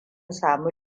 sami